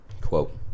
Quote